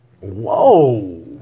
Whoa